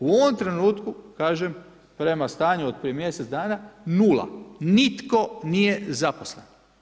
U ovom trenutku kažem, prema stanju od prije mjesec dana nula, nitko nije zaposlen.